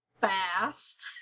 fast